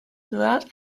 throughout